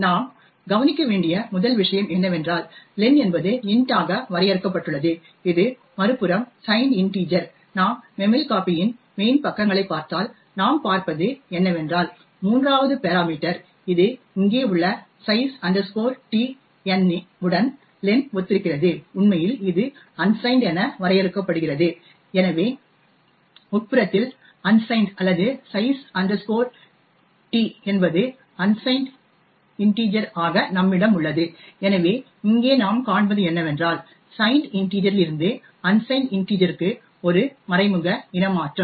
நாம் கவனிக்க வேண்டிய முதல் விஷயம் என்னவென்றால் லென் என்பது இன்ட் ஆக வரையறுக்கப்பட்டுள்ளது இது மறுபுறம் சைன்ட் இன்டிஜர் நாம் memcpy இன் மெயின் பக்கங்களைப் பார்த்தால் நாம் பார்ப்பது என்னவென்றால் 3வது பெராமீட்டர் இது இங்கே உள்ள size t n உடன் லென் ஒத்திருக்கிறது உண்மையில் இது அன்சைன்ட் என வரையறுக்கப்படுகிறது எனவே உட்புறத்தில் அன்சைன்ட் அல்லது சைஸ் டிsize t என்பது அன்சைன்ட் இன்டிஜர் ஆக நம்மிடம் உள்ளது எனவே இங்கே நாம் காண்பது என்னவென்றால் சைன்ட் இன்டிஜர் இல் இருந்து அன்சைன்ட் இன்டிஜர்க்கு ஒரு மறைமுக இனமாற்றம்